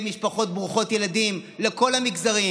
למשפחות ברוכות ילדים, לכל המגזרים.